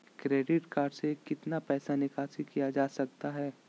Credit card से कितना पैसा निकासी किया जा सकता है?